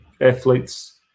athletes